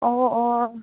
অঁ অঁ